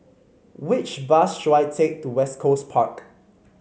which bus should I take to West Coast Park